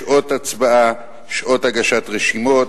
שעות הצבעה, שעות הגשת רשימות,